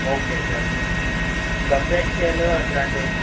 okay sir ఇంకా facial అట్లాంటి